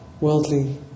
worldly